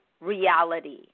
reality